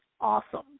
awesome